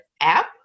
app